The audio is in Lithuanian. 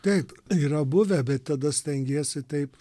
taip yra buvę bet tada stengiesi taip